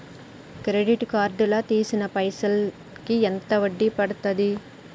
Credit card లా తీసిన పైసల్ కి ఎంత వడ్డీ పండుద్ధి?